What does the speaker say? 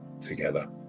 together